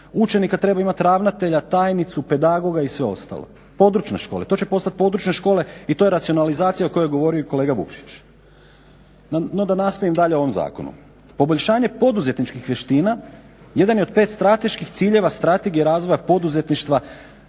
učenika treba imati ravnatelja, tajnicu, pedagoga i sve ostalo, područne škole, to će postati područne škole i to je racionalizacija u kojoj i govori i kolega Vukšić. No da nastavim dalje o ovom zakonu. Poboljšanje poduzetničkih vještina, jedan je od pet strateških ciljeva, strategije razvoja poduzetništva